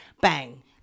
Bang